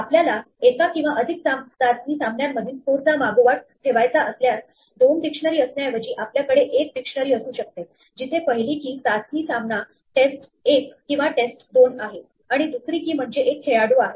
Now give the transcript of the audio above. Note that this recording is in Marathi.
आपल्याला एका किंवा अधिक चाचणी सामन्यांमधील स्कोअरचा मागोवा ठेवायचा असल्यास दोन डिक्शनरी असण्याऐवजी आपल्याकडे एक डिक्शनरी असू शकते जिथे पहिली key चाचणी सामना टेस्ट 1 किंवा टेस्ट 2 आहे आणि दुसरी key म्हणजे एक खेळाडू आहे